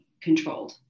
controlled